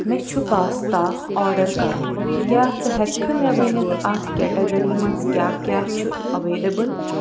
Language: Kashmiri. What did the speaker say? مےٚ چھُ پاستا آرڈر کرُن کیٛاہ ژٕ ہٮ۪ککھٕ مےٚ ؤنِتھ اَتھ کیٹگری منٛز کیٛاہ کیٛاہ چھُ ایٚویلیبُل